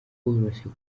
koroshya